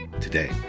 today